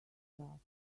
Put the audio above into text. start